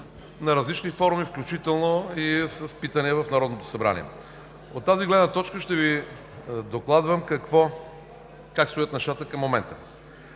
на различни форуми, включително и с питане в Народното събрание. От тази гледна точка ще Ви докладвам как стоят нещата към момента.